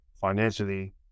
financially